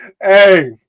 Hey